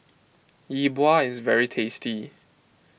Yi Bua is very tasty